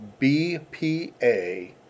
BPA